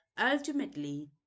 ultimately